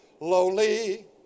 Lowly